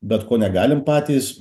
bet ko negalim patys